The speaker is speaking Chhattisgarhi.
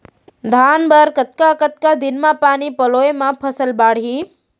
धान बर कतका कतका दिन म पानी पलोय म फसल बाड़ही?